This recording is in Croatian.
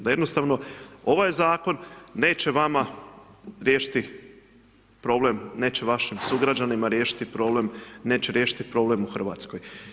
Da jednostavno ovaj zakon neće vama riješiti problem neće vašim sugrađanima riješiti problem, neće riješiti problem u Hrvatskoj.